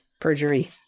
Perjury